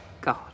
God